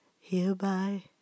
Hereby